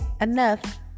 enough